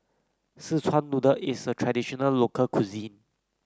Szechuan Noodle is a traditional local cuisine